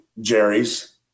Jerry's